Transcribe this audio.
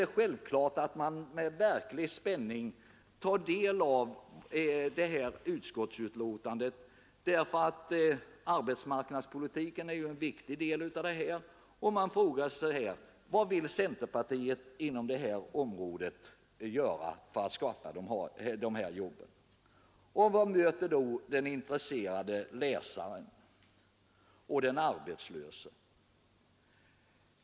Det är självklart att man med verklig spänning tar del av det här utskottsbetänkandet för att se vad centerpartiet vill göra på arbetsmarknadspolitikens område för att skapa de här jobben. Vad möter då den intresserade läsaren och den arbetslöse?